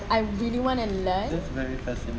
I really want to learn learn